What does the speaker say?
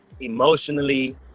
emotionally